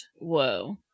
Whoa